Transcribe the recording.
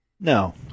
No